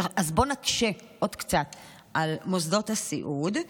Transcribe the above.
אז בואו נקשה עוד קצת על מוסדות הסיעוד,